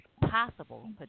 possible